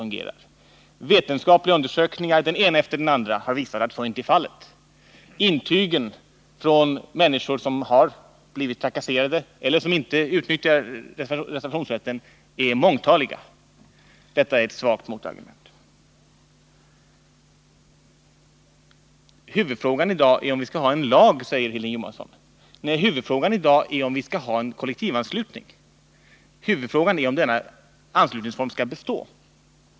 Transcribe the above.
Den ena vetenskapliga undersökningen efter den andra har visat att den inte fungerar. Bekräftelserna från människor som har blivit trakasserade eller som inte har utnyttjat reservationsrätten är många. Huvudfrågan i dag är om vi skall ha en lag, säger Hilding Johansson. Nej, huvudfrågan i dag är om vi skall ha kollektivanslutning, om denna anslutningsform skall bestå.